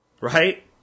right